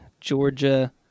Georgia